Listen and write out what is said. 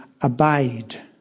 Abide